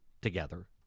together